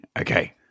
okay